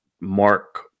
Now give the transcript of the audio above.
mark